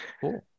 Cool